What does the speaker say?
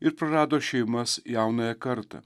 ir prarado šeimas jaunąją kartą